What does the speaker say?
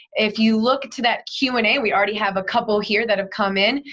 if you look to that q and a, we already have a couple here that have come in,